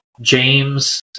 James